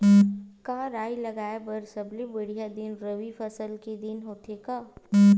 का राई लगाय बर सबले बढ़िया दिन रबी फसल के दिन होथे का?